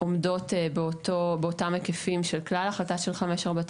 עומדים באותם היקפים של כלל החלטה של 549,